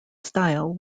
style